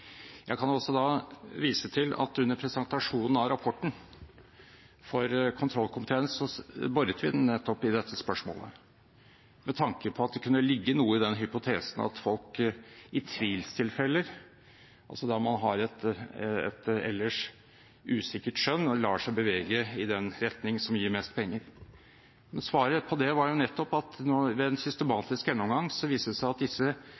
Jeg kan vise til at under presentasjonen av rapporten for kontrollkomiteen, boret vi nettopp i dette spørsmålet med tanke på at det kunne ligge noe i den hypotese at folk i tvilstilfeller, der man har et ellers usikkert skjønn, lar seg bevege i den retning som gir mest penger. Svaret på det var nettopp at ved en systematisk gjennomgang viste det seg i disse